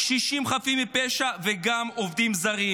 קשישים חפים מפשע וגם עובדים זרים,